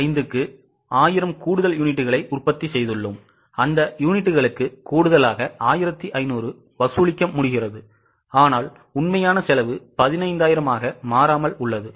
5 க்கு 1000 கூடுதல் யூனிட்களை உற்பத்தி செய்துள்ளோம் அந்த யூனிட்டுகளுக்கு கூடுதலாக 1500 வசூலிக்க முடிகிறது ஆனால் உண்மையான செலவு 15000 ஆக மாறாமல் உள்ளது